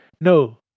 no